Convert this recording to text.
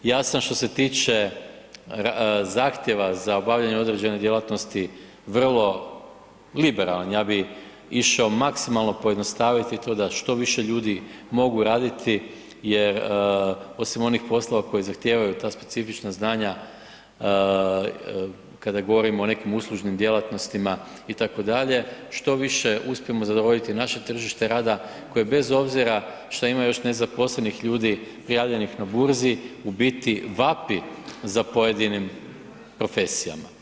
Ja sam, što se tiče zahtjeva za obavljanje određene djelatnosti vrlo liberalan, ja bih išao maksimalno pojednostaviti da što više ljude mogu raditi jer, osim onih poslova koji zahtijevaju ta specifična znanja kada govorimo o nekim uslužnim djelatnostima, itd., što više uspijemo zadovoljiti naše tržište rada, koje bez obzira što ima još nezaposlenih ljudi, prijavljenih na burzi, u biti vapi za pojedinim profesijama.